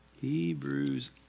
Hebrews